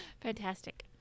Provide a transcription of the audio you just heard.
Fantastic